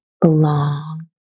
belong